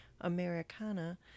Americana